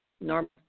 Normal